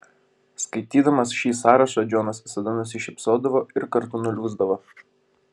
skaitydamas šį sąrašą džonas visada nusišypsodavo ir kartu nuliūsdavo